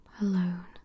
alone